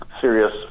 serious